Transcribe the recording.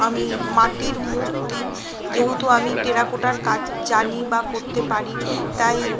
আমি মাটির মূর্তি যেহেতু আমি টেরাকোটার কাজ জানি বা করতে পারি তাই